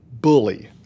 bully